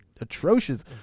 atrocious